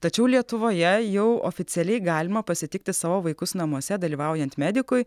tačiau lietuvoje jau oficialiai galima pasitikti savo vaikus namuose dalyvaujant medikui